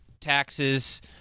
taxes